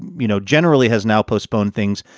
you know, generally has now postponed things.